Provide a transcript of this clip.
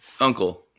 Uncle